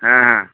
ᱦᱮᱸ ᱦᱮᱸ